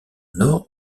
nord